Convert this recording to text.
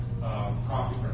coffee